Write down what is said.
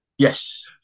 yes